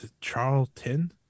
Charlton